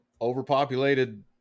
overpopulated